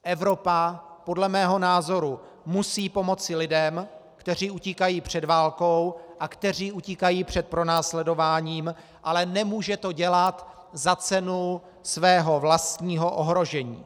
Evropa podle mého názoru musí pomoci lidem, kteří utíkají před válkou a kteří utíkají před pronásledováním, ale nemůže to dělat za cenu svého vlastního ohrožení.